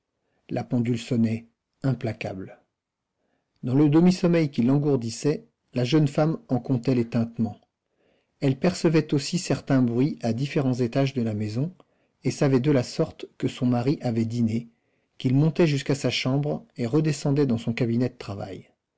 la pendule sonnait implacable dans le demi-sommeil qui l'engourdissait la jeune femme en comptait les tintements elle percevait aussi certains bruits à différents étages de la maison et savait de la sorte que son mari avait dîné qu'il montait jusqu'à sa chambre et redescendait dans son cabinet de travail